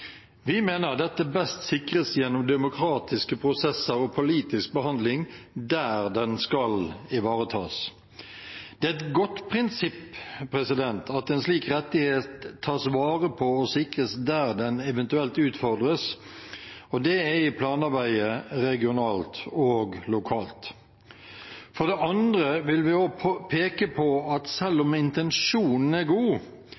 Vi mener dette best sikres gjennom demokratiske prosesser og politisk behandling der den skal ivaretas. Det er et godt prinsipp at en slik rettighet tas vare på og sikres der den eventuelt utfordres, og det er i planarbeidet regionalt og lokalt. For det andre vil vi også peke på at selv om intensjonen er god,